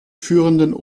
führenden